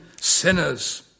sinners